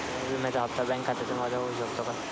विम्याचा हप्ता बँक खात्यामधून वजा होऊ शकतो का?